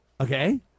Okay